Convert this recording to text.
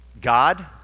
God